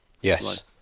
Yes